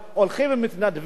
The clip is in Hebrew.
הולכים ומתנדבים